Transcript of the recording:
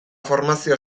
formazio